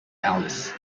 alice